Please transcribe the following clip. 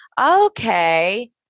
okay